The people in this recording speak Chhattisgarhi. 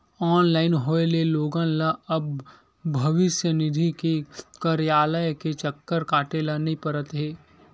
ऑनलाइन होए ले लोगन ल अब भविस्य निधि के कारयालय के चक्कर काटे ल नइ परत हे